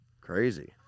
Crazy